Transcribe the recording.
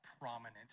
prominent